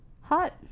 Hot